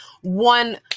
one